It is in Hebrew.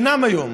אינן היום.